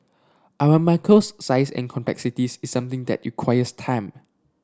Aramco's size and complexities is something that requires time